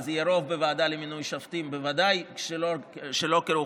אז יהיה רוב בוועדה למינוי שופטים בוודאי שלא לרוחך,